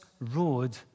road